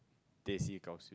teh C kaw siew